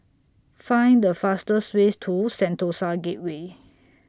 Find The fastest Way to Sentosa Gateway